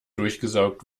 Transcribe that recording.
durchgesaugt